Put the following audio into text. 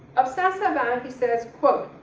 um saint-savant he says quote,